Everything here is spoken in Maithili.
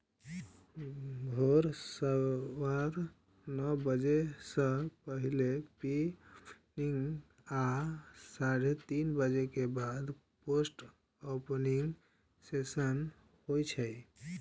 भोर सवा नौ बजे सं पहिने प्री ओपनिंग आ साढ़े तीन बजे के बाद पोस्ट ओपनिंग सेशन होइ छै